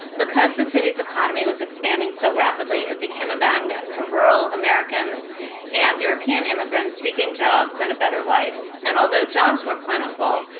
because the city's economy was expanding so rapidly, it became a magnet for rural americans and european immigrants seeking jobs and a better life. and although jobs were plentiful,